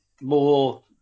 more